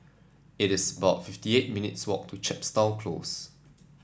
it is about fifty eight minutes' walk to Chepstow Close